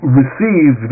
receive